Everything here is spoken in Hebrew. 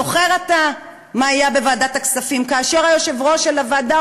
זוכר אתה מה היה בוועדת הכספים כאשר היושב-ראש של הוועדה